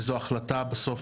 וזו החלטה בסוף